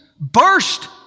burst